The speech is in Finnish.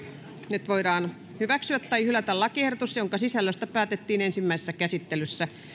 nyt voidaan hyväksyä tai hylätä lakiehdotus jonka sisällöstä päätettiin ensimmäisessä käsittelyssä